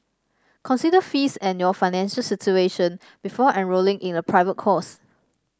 consider fees and your financial situation before enrolling in a private course